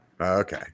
Okay